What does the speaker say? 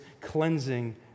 cleansing